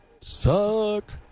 Suck